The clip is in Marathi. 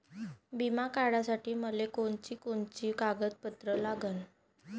बिमा काढासाठी मले कोनची कोनची कागदपत्र लागन?